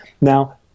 Now